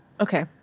Okay